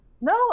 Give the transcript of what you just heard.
No